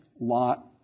Lot